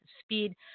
speed